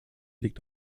liegt